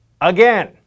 Again